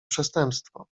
przestępstwo